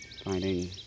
Finding